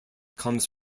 comes